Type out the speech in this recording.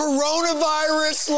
Coronavirus